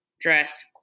dress